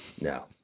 No